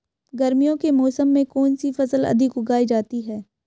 गर्मियों के मौसम में कौन सी फसल अधिक उगाई जाती है?